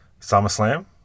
SummerSlam